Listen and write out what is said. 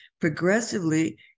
progressively